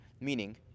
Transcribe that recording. Meaning